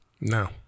No